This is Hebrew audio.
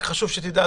רק חשוב שתדע,